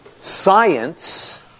Science